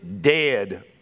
dead